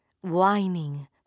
whining